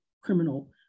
criminal